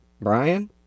Brian